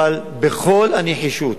אבל בכל הנחישות.